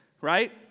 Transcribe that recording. Right